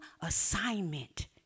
assignment